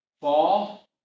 Fall